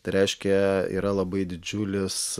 tai reiškia yra labai didžiulis